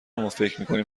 مافکرمیکنیم